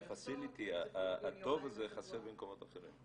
הטוב הזה חסר במקומות אחרים.